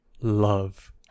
love